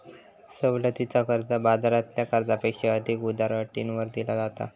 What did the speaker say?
सवलतीचा कर्ज, बाजारातल्या कर्जापेक्षा अधिक उदार अटींवर दिला जाता